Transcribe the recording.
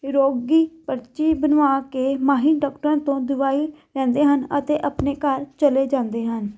ਰੋਗੀ ਪਰਚੀ ਬਣਵਾ ਕੇ ਮਾਹਿਰ ਡਾਕਟਰਾਂ ਤੋਂ ਦਵਾਈ ਲੈਂਦੇ ਹਨ ਅਤੇ ਆਪਣੇ ਘਰ ਚਲੇ ਜਾਂਦੇ ਹਨ